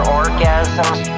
orgasms